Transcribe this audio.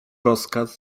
rozkaz